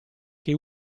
che